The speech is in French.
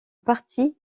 parti